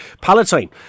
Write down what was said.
Palatine